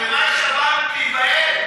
ממה יש לבנק להיבהל?